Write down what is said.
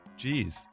Jeez